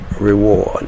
reward